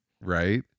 right